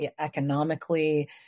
economically